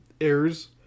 errors